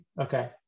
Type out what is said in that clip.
okay